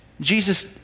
Jesus